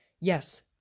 yes